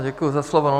Děkuji za slovo.